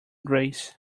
grace